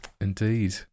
indeed